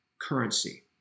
currency